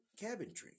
cabinetry